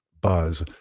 buzz